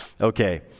Okay